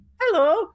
Hello